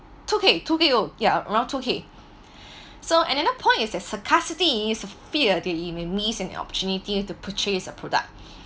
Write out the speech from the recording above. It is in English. two K oh yeah around two K so and then a point is that scarcity is a fear that you may miss an opportunity to purchase a product